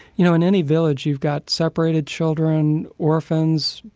you know, in any village you've got separated children, orphans,